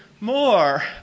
more